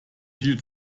hielt